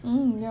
mm ya